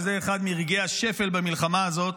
שזה אחד מרגעי השפל במלחמה הזאת.